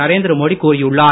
நரேந்திர மோடி கூறியுள்ளார்